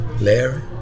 Larry